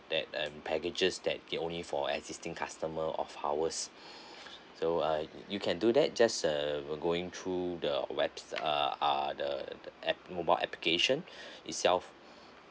that um packages that get only for existing customer of ours so uh you can do that just err going through the webs~ uh uh the the app mobile application itself